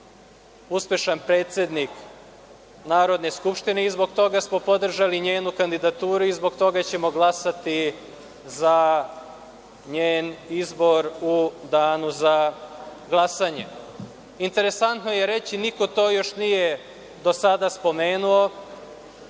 uspešan predsednik Narodne skupštine i zbog toga smo podržali njenu kandidaturu i zbog toga ćemo glasati za njen izbor u danu za glasanje. Interesantno je reći, niko to još nije do sada spomenuo,